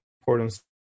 important